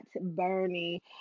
Bernie